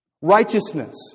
Righteousness